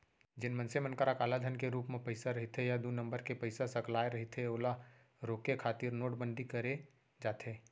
जेन मनसे मन करा कालाधन के रुप म पइसा रहिथे या दू नंबर के पइसा सकलाय रहिथे ओला रोके खातिर नोटबंदी करे जाथे